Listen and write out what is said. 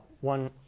one